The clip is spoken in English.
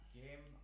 game